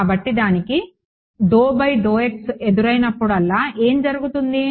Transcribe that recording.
కాబట్టి దానికి ఎదురైనప్పుడల్లా ఏమి జరుగుతుంది